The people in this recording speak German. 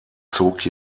zog